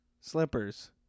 slippers